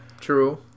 True